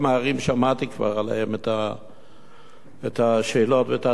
כבר שמעתי עליהן את השאלות ואת התלונות,